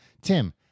Tim